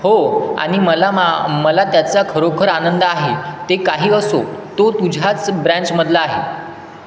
हो आणि मला मा मला त्याचा खरोखर आनंद आहे ते काही असो तो तुझ्याच ब्रँचमधला आहे